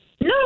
No